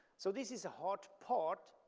so this is a hard part.